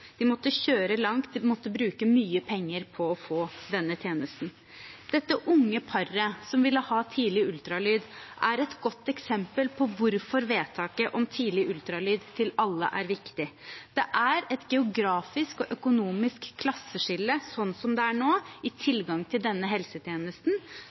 de måtte kjøre langt, de måtte bruke mye penger på å få denne tjenesten. Dette unge paret som ville ha tidlig ultralyd, er et godt eksempel på hvorfor vedtaket om tidlig ultralyd til alle er viktig. Det er et geografisk og økonomisk klasseskille, slik det er nå, i